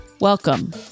Welcome